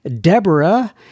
Deborah